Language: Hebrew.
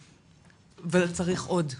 אבל צריך עוד,